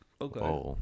Okay